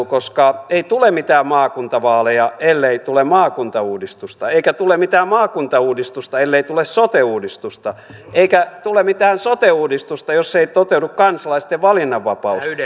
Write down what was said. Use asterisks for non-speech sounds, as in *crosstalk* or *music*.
*unintelligible* koska ei tule mitään maakuntavaaleja ellei tule maakuntauudistusta eikä tule mitään maakuntauudistusta ellei tule sote uudistusta eikä tule mitään sote uudistusta jos ei toteudu kansalaisten valinnanvapaus